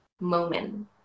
moment